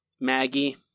Maggie